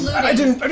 i didn't